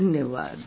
धन्यवाद